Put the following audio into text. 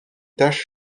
tache